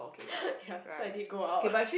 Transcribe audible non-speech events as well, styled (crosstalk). (breath) ya so I did go out